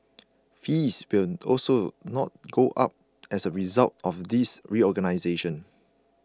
fees will also not go up as a result of this reorganisation